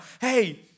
hey